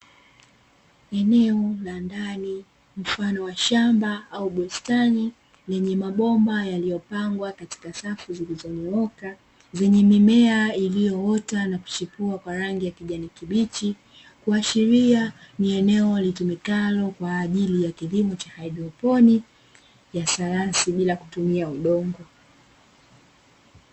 Eneo la ndani mfano wa shamba au bustani lenye mabomba yaliyopangwa katika safu zilizonyooka. Zenye mimea iliyoota na kuchipua kwa rangi ya kijani kibichi kuashiria ni eneo litumikalo kwa ajili ya kilimo cha haidroponi, ya sayansi bila kutumia udongo.